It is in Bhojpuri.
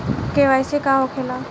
के.वाइ.सी का होखेला?